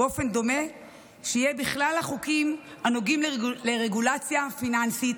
באופן דומה שיהיה בכלל החוקים הנוגעים לרגולציה פיננסית,